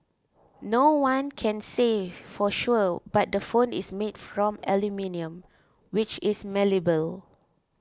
no one can say for sure but the phone is made from aluminium which is malleable